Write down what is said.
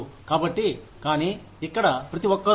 కాబట్టి కానీ ఇక్కడ ప్రతి ఒక్కరూ